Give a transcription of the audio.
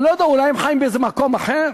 אני לא יודע, אולי הם חיים באיזה מקום אחר.